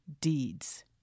deeds